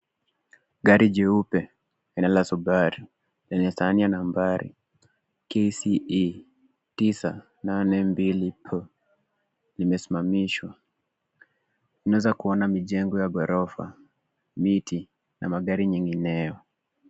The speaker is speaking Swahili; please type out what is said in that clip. Gari jeupe, aina la Subaru , lenye sahani ya nambari, KCE 982 P, limesimamishwa, unaweza kuona mijengo ya ghorofa, miti, na magari nyingineyo.